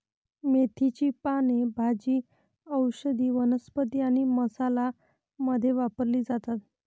मेथीची पाने भाजी, औषधी वनस्पती आणि मसाला मध्ये वापरली जातात